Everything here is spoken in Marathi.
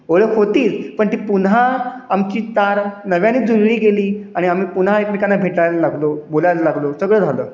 ओळख होती पण ती पुन्हा आमची तार नव्यानी जुळली गेली आणि आम्ही पुन्हा एकमेकांना भेटायला लागलो बोलायला लागलो सगळं झालं